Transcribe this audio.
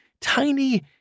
tiny